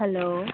hello